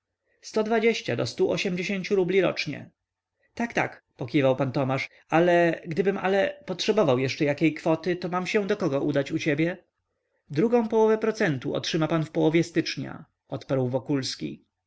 sto dwadzieścia do stu ośmdziesięciu rubli rocznie tak tak potakiwał pan tomasz ale gdybym ale potrzebował jeszcze jakiej kwoty to mam się do kogo udać u ciebie drugą połowę procentu otrzyma pan w połowie stycznia odparł wokulski